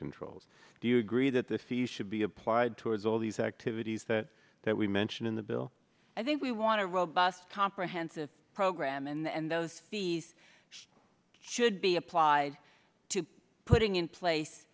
controls do you agree that the fee should be applied towards all these activities that we mentioned in the bill i think we want to robust comprehensive program and those fees should be applied to putting in place